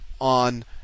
on